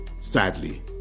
sadly